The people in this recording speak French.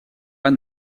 pas